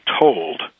told